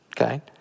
okay